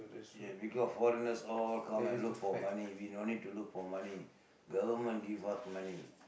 ya because foreigners all come and look for money we no need to look for money government give us money